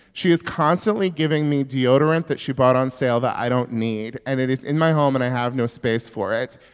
she is constantly giving me deodorant that she bought on sale that i don't need. and it is in my home and i have no space for it.